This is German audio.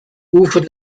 ufer